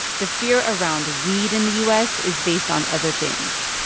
the fear around weed in the u s. is based on other things